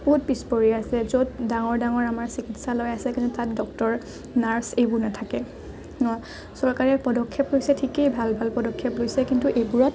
বহুত পিছ পৰি আছে য'ত ডাঙৰ ডাঙৰ আমাৰ চিকিৎসালয় আছে কিন্তু তাত ডক্টৰ নাৰ্ছ এইবোৰ নাথাকে চৰকাৰে পদক্ষেপ লৈছে থিকেই ভাল ভাল পদক্ষেপ লৈছে কিন্তু এইবোৰত